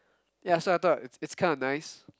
ya so I thought it's it's kind of nice